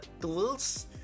tools